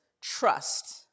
trust